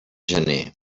gener